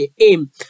aim